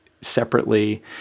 separately